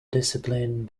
discipline